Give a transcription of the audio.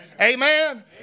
Amen